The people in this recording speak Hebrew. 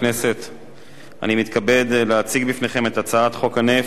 אני מתכבד להציג בפניכם את הצעת חוק הנפט (תיקון מס' 6),